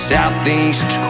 Southeast